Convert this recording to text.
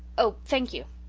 oh thank you.